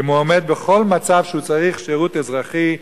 אם הוא עומד בכל מצב שהוא צריך שירות אזרחי,